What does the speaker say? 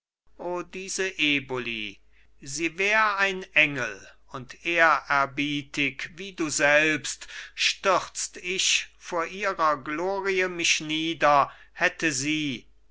o diese eboli sie wär ein engel und ehrerbietig wie du selbst stürzt ich vor ihrer glorie mich nieder hätte sie